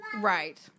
Right